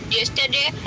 yesterday